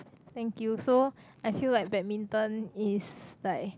thank you so I feel like badminton is like